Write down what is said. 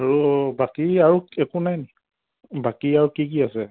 আৰু বাকী আৰু একো নাই নেকি বাকী আৰু কি কি আছে